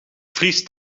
vriest